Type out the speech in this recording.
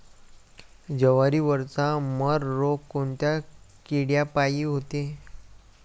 जवारीवरचा मर रोग कोनच्या किड्यापायी होते?